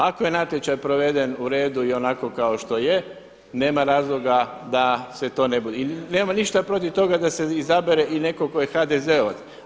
Ako je natječaj proveden u redu i onako kao što je nema razloga da se to ne i nemamo ništa protiv toga da se izabere netko to je HDZ-ovac.